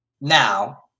Now